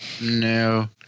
No